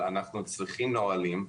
אבל אנחנו צריכים נהלים,